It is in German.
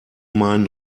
meinen